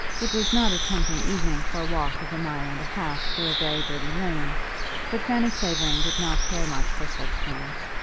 it was not a tempting evening for a walk of a mile and a half through a very dirty lane but fanny clavering did not care much for such things,